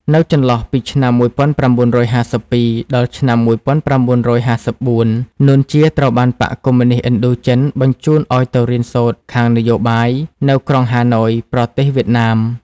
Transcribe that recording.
នៅចន្លោះពីឆ្នាំ១៩៥២ ដល់ឆ្នាំ១៩៥៤ នួន ជា ត្រូវបានបក្សកុម្មុយនិស្តឥណ្ឌូចិនបញ្ជូនឱ្យទៅរៀនសូត្រខាងនយោបាយ នៅក្រុងហាណូយ ប្រទេសវៀតណាម។